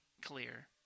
clear